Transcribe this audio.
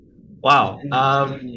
Wow